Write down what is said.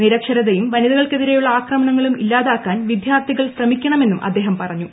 നിരക്ഷരതയും വനിതകൾക്കെതിരെയുള്ള ആക്രമണ്ടങ്ങളും ഇല്ലാതാക്കാൻ വിദ്യാർഥികൾ ശ്രമിക്കണമെന്നും അദ്ദേഹം പറഞ്ഞു